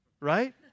Right